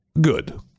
good